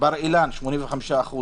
בר אילן 85%,